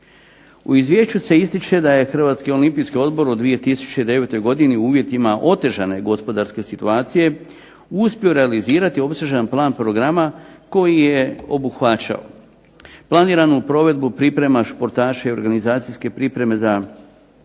U izvješću se ističe da je HOO u 2009. godini u uvjetima otežane gospodarske situacije uspio realizirati opsežan plan programa koji je obuhvaćao planiranu provedbu priprema športaša i organizacijske pripreme za